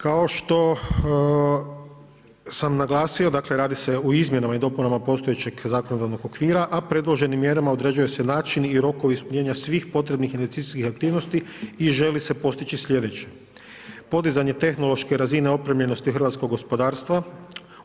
Kao što sam naglasio dakle, radi se o izmjenama i dopunama postojećeg zakonodavnog okvira, a predloženim mjerama određuje se način i rokovi ispunjenja svih potrebnih investicijskih aktivnosti i želi se postići slijedeće: – podizanje tehnološke razine opremljenosti hrvatskog gospodarstva; -